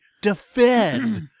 defend